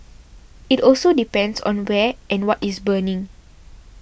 it also depends on where and what is burning